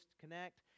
connect